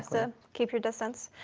to keep your distance.